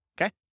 Okay